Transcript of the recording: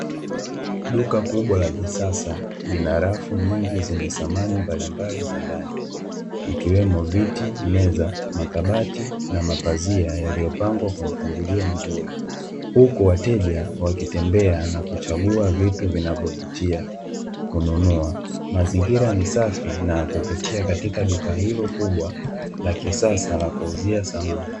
Duka kubwa la kisasa, lina rafu nyingi zenye samani mbalimbali za ndani, ikiwemo: viti, meza, makabati na mapazia yaliyopangwa kwa mpangilio mzuri, huku wateja wakitembea na kuchagua vitu vinavyovutia kununua. Mazingira ni safi na ya kuvutia katika duka hilo kubwa la kisasa la kuuzia samani.